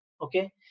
okay